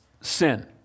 sin